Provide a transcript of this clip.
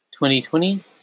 2020